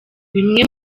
bimwe